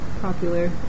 popular